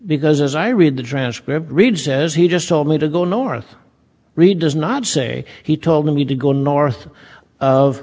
because as i read the transcript reid says he just told me to go north reed does not say he told me to go north of